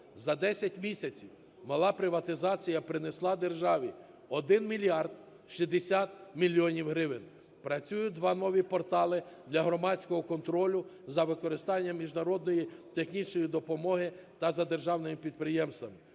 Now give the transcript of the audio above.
За десять місяців мала приватизація принесла державі 1 мільярд 60 мільйонів гривень. Працюють два нових портали для громадського контролю за використанням міжнародної технічної допомоги та за державними підприємствами.